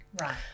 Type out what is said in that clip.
Right